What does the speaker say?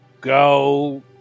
Go